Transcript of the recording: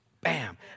Bam